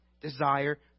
desire